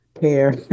care